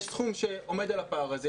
יש סכום שעומד על הפער הזה,